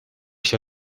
się